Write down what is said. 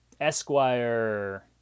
Esquire